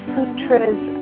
Sutras